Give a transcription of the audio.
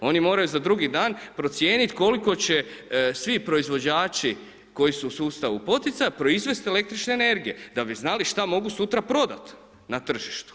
Oni moraju za drugi dan procijeniti koliko će svi proizvođači koji su u sustavu poticaja proizvesti električne energije, da bi znali šta mogu sutra prodat na tržištu.